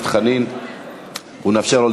ומי שלא,